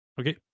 Okay